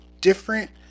different